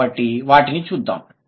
కాబట్టి వాటిని చూద్దాం